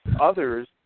others